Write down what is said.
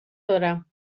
دارم